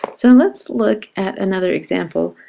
so let's look at another example.